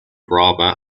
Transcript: rama